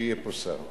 כשיהיה פה שר.